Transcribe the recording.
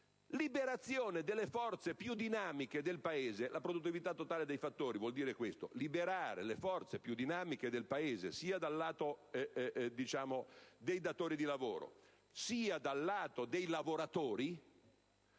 Liberazione delle forze più dinamiche del Paese. La produttività totale dei fattori vuol dire questo: liberare le forze più dinamiche del Paese (sia dal lato dei datori di lavoro che dal lato dei lavoratori)